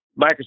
Microsoft